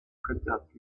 хотят